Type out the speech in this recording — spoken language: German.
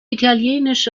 italienische